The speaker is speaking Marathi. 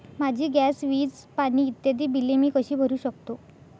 माझी गॅस, वीज, पाणी इत्यादि बिले मी कशी भरु शकतो?